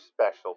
special